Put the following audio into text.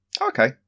Okay